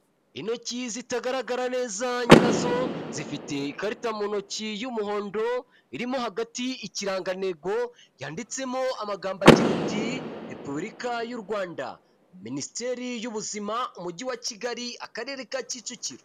Intoki zitagaragara neza nyirazo, zifite ikarita mu ntoki y'umuhondo, irimo hagati ikirangantego, yanditsemo amagambo agira uti "Repubulika y'u Rwanda minisiteri y'ubuzima, umujyi wa Kigali akarere ka Kicukiro".